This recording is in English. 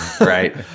Right